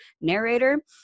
narrator